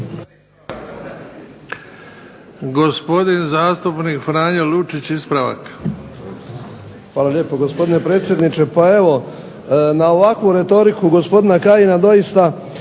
Hvala lijepo, gospodine predsjedniče. Pa evo, na ovakvu retoriku gospodina Kajina doista